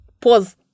Pause